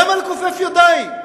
למה לכופף ידיים?